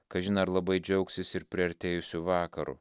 kažin ar labai džiaugsis ir priartėjusiu vakaru